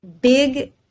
big